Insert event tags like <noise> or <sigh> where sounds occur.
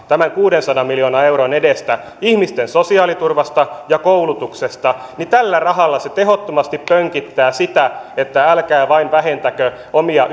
tämän kuudensadan miljoonan euron edestä ihmisten sosiaaliturvasta ja koulutuksesta tällä rahalla se tehottomasti pönkittää sitä että älkää vain vähentäkö omia <unintelligible>